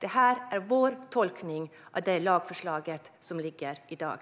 Det här är vår tolkning av det lagförslag som föreligger i dag.